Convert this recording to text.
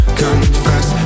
confess